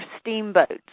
steamboats